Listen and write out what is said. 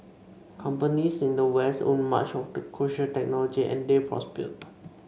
companies in the west owned much of the crucial technology and they prospered